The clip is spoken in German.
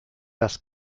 das